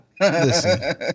Listen